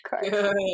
Good